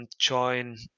join